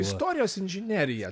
istorijos inžinerija